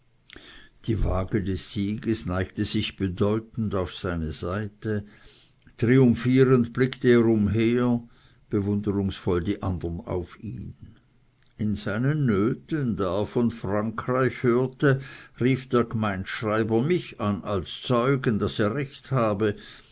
die wage des sieges neigte sich bedeutend auf seine seite triumphierend blickte er umher bewunderungsvoll die andern auf ihn in seinen nöten da er von frankreich hörte rief der gemeindschreiber mich an als zeugen daß er recht habe